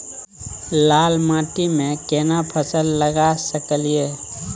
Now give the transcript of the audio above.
लाल माटी में केना फसल लगा सकलिए?